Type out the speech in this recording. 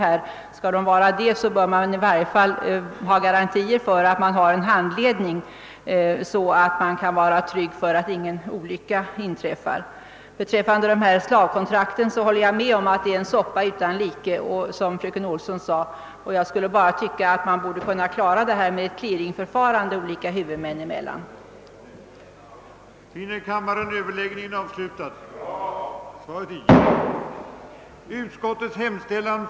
Om de skall vara det får man i varje fall ha garantier för att det ordnas med handledning, så att man kan vara trygg för att ingen olycka inträffar. Beträffande slavkontrakten håller jag med fröken Olsson om att det är »en soppa utan like». Man borde kunna klara problemet med ett clearingförfarande olika huvudmän emellan. de av den verksamhet som bedreves av dels den offentliga artistoch musikerförmedlingen, dels de s.k. organisationsförmedlingarna till en statlig förmedlingsverksamhet som successivt kunde utvidgas till att gälla hela kulturarbetarområdet och som erhölle sådana arbetsformer att både effektivitet och smidighet i verksamheten garanterades,